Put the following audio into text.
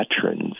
veterans